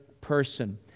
person